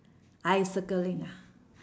I circling ah